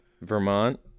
Vermont